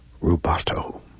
rubato